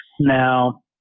Now